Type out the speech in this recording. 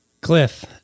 Cliff